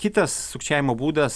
kitas sukčiavimo būdas